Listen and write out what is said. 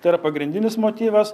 tai yra pagrindinis motyvas